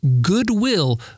goodwill